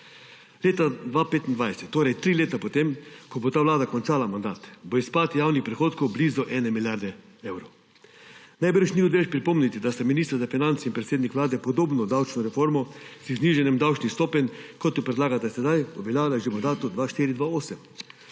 Leta 2025, torej tri leta potem ko bo ta vlada končala mandat, bo izpad javnih prihodkov blizu ene milijarde evrov. Najbrž ni odveč pripomniti, da sta minister za finance in predsednik Vlade podobno davčno reformo z znižanjem davčnih stopenj, kot jo predlagata sedaj, predlagala v mandatu